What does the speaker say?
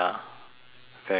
very tiny